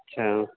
اچھا